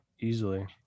easily